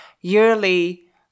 yearly